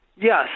Yes